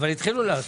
אבל התחילו לעסוק.